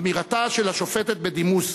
אמירתה של השופטת בדימוס